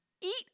eat